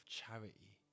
charity